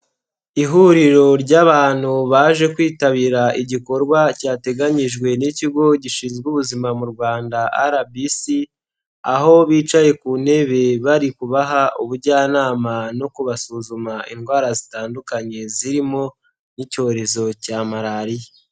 ihuriro ry'abantu baje kwitabira igikorwa cyateganyijwe n'Ikigo gishinzwe Ubuzima mu Rwanda RBC, aho bicaye ku ntebe bari kubaha ubujyanama no kubasuzuma indwara zitandukanye zirimo n'icyorezo cya Malariya.